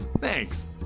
Thanks